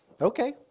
Okay